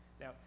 Now